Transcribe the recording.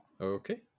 Okay